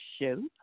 show